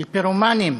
של פירומנים,